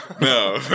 No